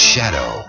Shadow